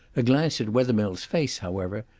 a glance at wethermills face, however,